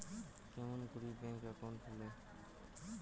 কেমন করি bank account খুলে?